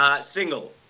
Single